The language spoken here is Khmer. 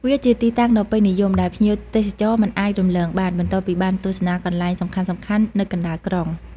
វាជាទីតាំងដ៏ពេញនិយម ដែលភ្ញៀវទេសចរមិនអាចរំលងបាន បន្ទាប់ពីបានទស្សនាកន្លែងសំខាន់ៗនៅកណ្តាលក្រុង។